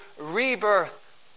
rebirth